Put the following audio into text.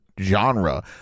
genre